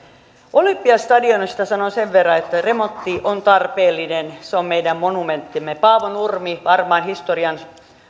olympiastadionista sanon sen verran että remontti on tarpeellinen se on meidän monumenttimme paavo nurmi on varmaan historian